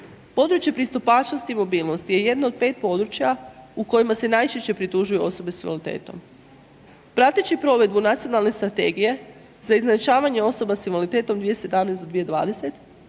Područje pristupačnosti i mobilnosti je jedno od 5 područja u kojima se najčešće pritužuju osobe s invaliditetom. Prateći provedbu Nacionalne strategije za izjednačavanje osoba s invaliditetom 2017.-2020.